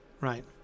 right